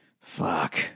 Fuck